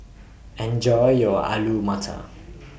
Enjoy your Alu Matar